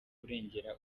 kurengera